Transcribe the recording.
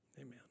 amen